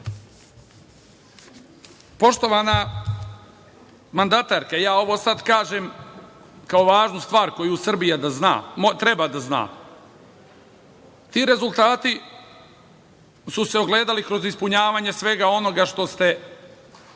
nas. Poštovana mandatarka, ja sada ovo kažem kao važnu stvar koju Srbija treba da zna, ti rezultati su se ogledali kroz ispunjavanje svega onoga što ste